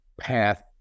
path